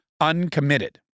uncommitted